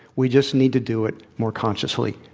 we just need to do it more consciously.